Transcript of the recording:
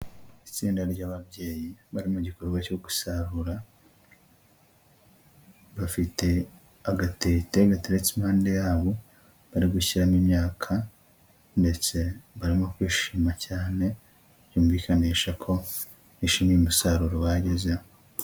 Itsinda ry'ababyeyi bari mu gikorwa cyo gusarura bafite agatete gateretse impande yabo, bari gushyiramo imyaka ndetse barimo kwishima cyane byumvikanisha ko bishimiye umusaruro bagezeho.